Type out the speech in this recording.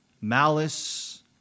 malice